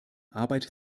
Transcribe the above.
arbeit